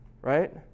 right